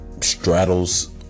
straddles